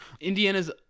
Indiana's